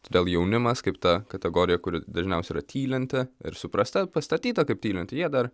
todėl jaunimas kaip ta kategorija kuri dažniausiai yra tylinti ir suprasta pastatyta kaip tylinti jie dar